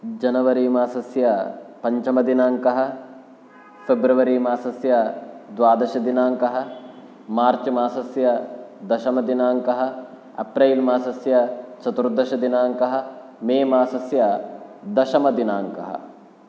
जनवरि मासस्य पञ्चमदिनाङ्कः फ़ेब्रवरि मासस्य द्वादशदिनाङ्कः मार्च् मासस्य दशमदिनाङ्कः अप्रैल् मासस्य चतुर्दशदिनाङ्कः मे मासस्य दशमदिनाङ्कः